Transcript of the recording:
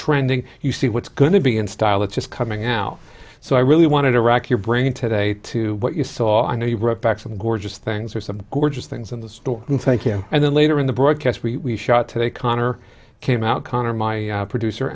trending you see what's going to be in style it's just coming out so i really wanted to rack your brain today to what you saw i know you brought back some gorgeous things or some gorgeous things in the store and thank you and then later in the broadcast we shot today connor came out connor my producer